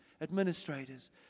administrators